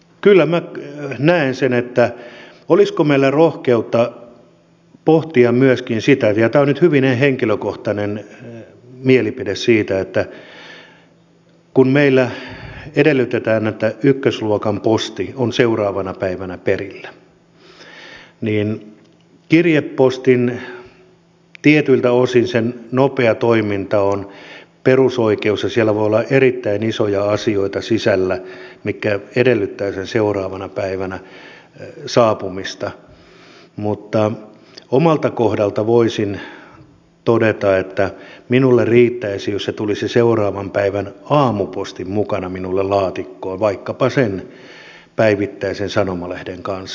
kyllä minä näen niin että olisiko meillä rohkeutta pohtia myöskin sitä ja tämä on nyt hyvin henkilökohtainen mielipide että kun meillä edellytetään että ykkösluokan posti on seuraavana päivänä perillä niin tietyiltä osin kirjepostin nopea toiminta on perusoikeus ja siellä voi olla erittäin isoja asioita sisällä mitkä edellyttävät sen seuraavana päivänä saapumista mutta omalta kohdalta voisin todeta että minulle riittäisi jos se tulisi seuraavan päivän aamupostin mukana minulle laatikkoon vaikkapa sen päivittäisen sanomalehden kanssa